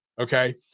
Okay